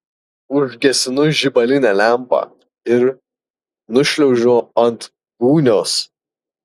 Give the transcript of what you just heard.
užgesinu žibalinę lempą ir nušliaužiu ant gūnios